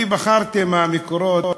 אני בחרתי משהו מהמקורות,